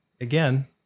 again